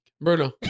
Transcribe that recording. Bruno